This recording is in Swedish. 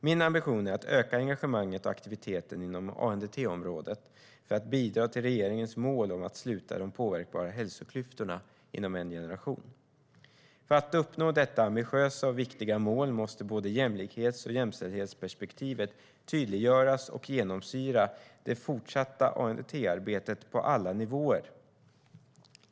Min ambition är att öka engagemanget och aktiviteten inom ANDT-området för att bidra till regeringens mål om att sluta de påverkbara hälsoklyftorna inom en generation. För att uppnå detta ambitiösa och viktiga mål måste både jämlikhets och jämställdhetsperspektivet tydliggöras och genomsyra det fortsatta ANDT-arbetet på alla nivåer.